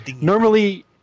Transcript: Normally